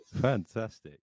Fantastic